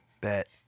Bet